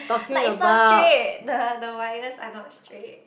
like it's not straight the the wires are not straight